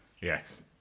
Yes